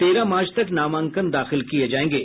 तेरह मार्च तक नामांकन दाखिल किए जाएंगे